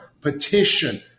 petition